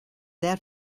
that